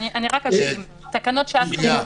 שנייה.